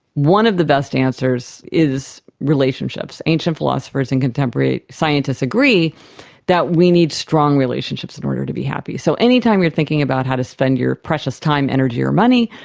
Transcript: one of the best answers is relationships. ancient philosophers and contemporary scientists agree that we need strong relationships in order to be happy. so any time you're thinking about how to spend your precious time, energy or money,